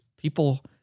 people